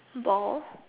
ball